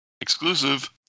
exclusive